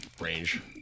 range